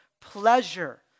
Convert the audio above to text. pleasure